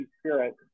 spirit